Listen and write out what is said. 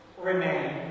remain